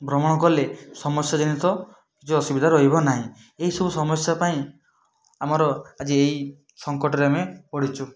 ଭ୍ରମଣ କଲେ ସମସ୍ୟା ଜନିତ କିଛି ଅସୁବିଧା ରହିବ ନାହିଁ ଏହି ସବୁ ସମସ୍ୟା ପାଇଁ ଆମର ଆଜି ଏଇ ସଙ୍କଟରେ ଆମେ ପଡ଼ିଛୁ